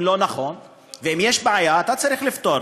אם לא נכון, ואם יש בעיה, אתה צריך לפתור.